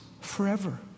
forever